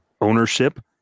ownership